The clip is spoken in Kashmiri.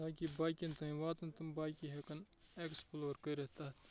تاکہِ باقیَن تانۍ واتن تِم باقٕے ہٮ۪کَن ایکٕسپٕلور کٔرِتھ تَتھ